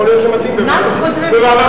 יכול להיות שזה מתאים לוועדת החוץ והביטחון,